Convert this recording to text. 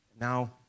now